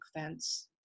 fence